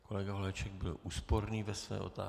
Kolega Holeček byl úsporný ve své otázce.